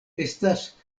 estas